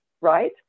right